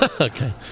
Okay